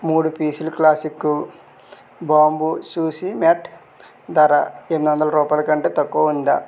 మూడు పీసులు classic bamboo sushi mat ధర ఎనిమిది వందల రూపాయలకంటే తక్కువ ఉందా